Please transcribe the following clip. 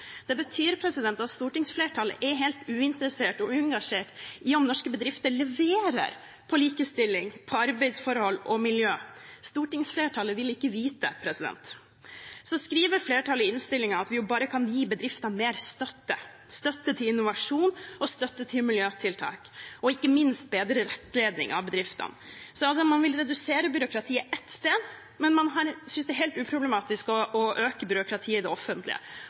Det betyr at stortingsflertallet er helt uinteressert og uengasjert i om norske bedrifter leverer på likestilling, arbeidsforhold og miljø. Stortingsflertallet vil ikke vite. Flertallet skriver i innstillingen at man kan gi bedriftene mer støtte, støtte til innovasjon og miljøtiltak, og ikke minst kan man gi bedre rettledning av bedriftene. Man vil altså redusere byråkratiet ett sted, men man synes det er helt uproblematisk å øke byråkratiet i det offentlige.